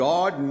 God